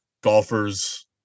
golfers